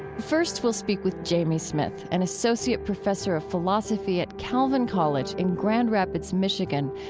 first we'll speak with jamie smith, an associate professor of philosophy at calvin college in grand rapids, michigan,